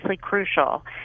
crucial